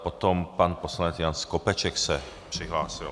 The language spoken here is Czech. Potom pan poslanec Jan Skopeček se přihlásil.